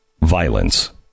violence